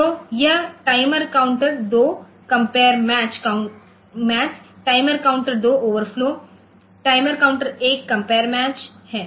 तो यह timer counter 2 compare match timer counter 2 overflow timer counter 1 compare match है